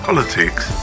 Politics